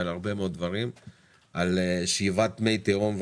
על שאיבת מי תהום,